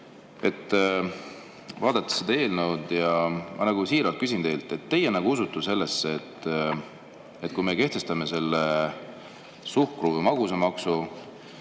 Vaadates seda eelnõu, ma siiralt küsin teilt, kas te usute sellesse, et kui me kehtestame selle suhkru‑ või magusamaksu,